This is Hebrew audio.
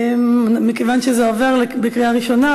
מכיוון שזה עובר בקריאה ראשונה,